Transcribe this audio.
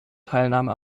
teilnahme